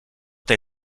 they